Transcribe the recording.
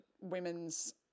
women's